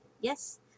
yes